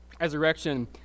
resurrection